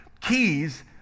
Keys